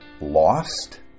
lost